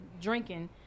drinking